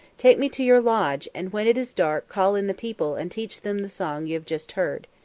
take me to your lodge, and when it is dark call in the people and teach them the song you have just heard.